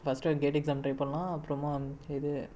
first GATE exam try பண்ணலாம் அப்புறமா இது